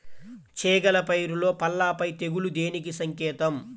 చేగల పైరులో పల్లాపై తెగులు దేనికి సంకేతం?